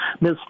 Miss